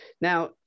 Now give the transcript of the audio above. Now